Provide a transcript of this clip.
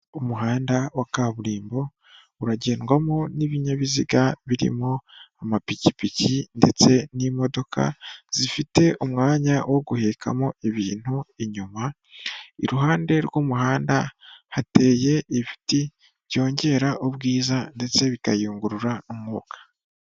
Umuhanda wa kaburimbo, uragendwamo n'ibinyabiziga birimo amapikipiki ndetse n'imodoka, zifite umwanya wo guhekamo ibintu inyuma, iruhande rw'umuhanda hateye ibiti, byongera ubwiza ndetse bikayungurura umwuka.